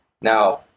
Now